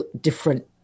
different